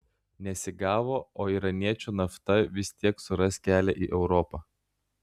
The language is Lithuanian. nesigavo o iraniečių nafta vis tiek suras kelią į europą